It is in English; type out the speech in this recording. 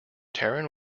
taran